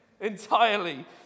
entirely